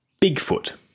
Bigfoot